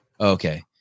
Okay